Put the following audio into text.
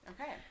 Okay